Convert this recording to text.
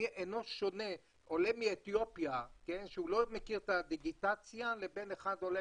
אינו שונה עולה מאתיופיה שהוא לא מכיר את הדיגיטציה לבין עולה